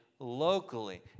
locally